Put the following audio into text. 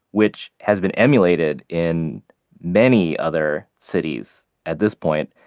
which has been emulated in many other cities at this point,